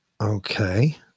Okay